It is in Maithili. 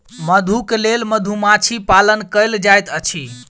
मधु के लेल मधुमाछी पालन कएल जाइत अछि